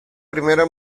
primera